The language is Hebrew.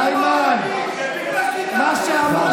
איימן, מה שאמר שמיר,